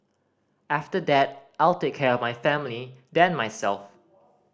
after that I'll take care of my family then myself